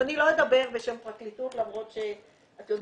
אני לא אדבר בשם הפרקליטות למרות שהיה